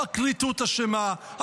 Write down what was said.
הפרקליטות אשמה,